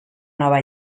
nova